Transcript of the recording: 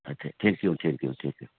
thank you thank you thank you